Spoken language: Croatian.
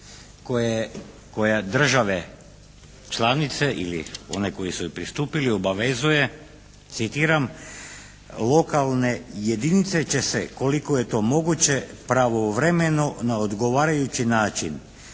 koja je države članice ili one koje su joj pristupile obavezuje, citiram: "lokalne jedinice će se koliko je to moguće pravovremeno na odgovarajući način